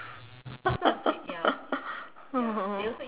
oh